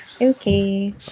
Okay